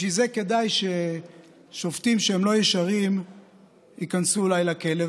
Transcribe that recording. בשביל זה כדאי ששופטים שהם לא ישרים ייכנסו אולי לכלא.